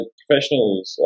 professionals